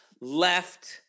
left